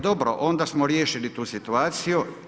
Dobro, onda smo riješili tu situaciju.